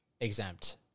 exempt